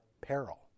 peril